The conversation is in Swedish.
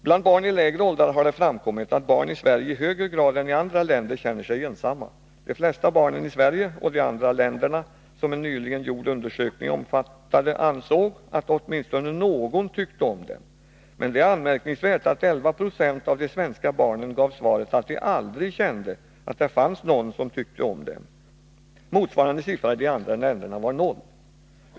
Bland barn i lägre åldrar har det framkommit att barn i Sverige i högre grad än i andra länder känner sig ensamma. De flesta barnen i Sverige och de andra länderna som en nyligen gjord undersökning omfattade ansåg att åtminstone någon tyckte om dem. Men det är anmärkningsvärt att 11 90 av de svenska barnen gav svaret att de aldrig kände att det fanns någon som tycker om dem. Motsvarande siffra i de andra länderna var noll.